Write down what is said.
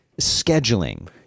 scheduling